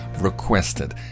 requested